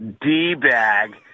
D-bag